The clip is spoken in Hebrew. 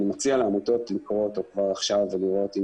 אני מציע לעמותות לקרוא אותו כבר עכשיו ולראות אם